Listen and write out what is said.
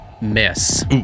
Miss